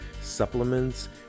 supplements